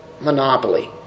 monopoly